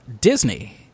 Disney